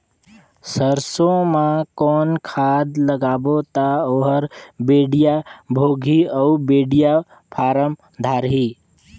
सरसो मा कौन खाद लगाबो ता ओहार बेडिया भोगही अउ बेडिया फारम धारही?